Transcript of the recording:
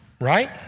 Right